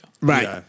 Right